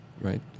right